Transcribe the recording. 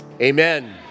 Amen